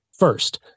First